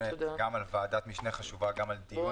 גם על ועדת משנה חשובה וגם על דיון חשוב.